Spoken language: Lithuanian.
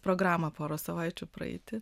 programą porą savaičių praeiti